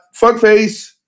fuckface